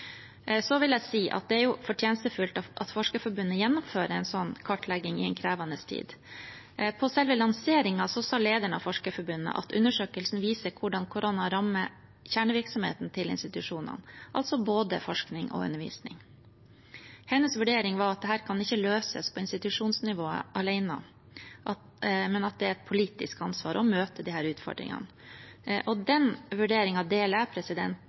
Så vil jeg si at det jo er fortjenestefullt at Forskerforbundet gjennomfører en sånn kartlegging i en krevende tid. På selve lanseringen sa lederen av Forskerforbundet at undersøkelsen viser hvordan korona rammer kjernevirksomheten til institusjonene – altså både forskning og undervisning. Hennes vurdering var at dette ikke kan løses på institusjonsnivå alene, men at det er et politisk ansvar å møte disse utfordringene. Den vurderingen deler jeg,